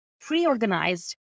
pre-organized